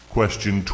Question